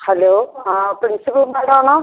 hello ആ principal madam ആണോ